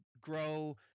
grow